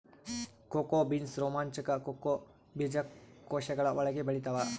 cocoa beans ರೋಮಾಂಚಕ cocoa ಬೀಜಕೋಶಗಳ ಒಳಗೆ ಬೆಳೆತ್ತವ